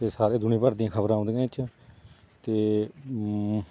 ਅਤੇ ਸਾਰੇ ਦੁਨੀਆਂ ਭਰ ਦੀਆਂ ਖਬਰਾਂ ਆਉਂਦੀਆਂ ਇਹ 'ਚ ਅਤੇ